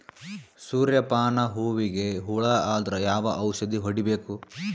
ಸೂರ್ಯ ಪಾನ ಹೂವಿಗೆ ಹುಳ ಆದ್ರ ಯಾವ ಔಷದ ಹೊಡಿಬೇಕು?